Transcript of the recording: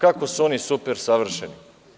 Kako su oni super savršeni?